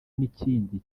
n’ikindi